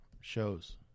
shows